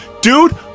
Dude